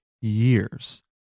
years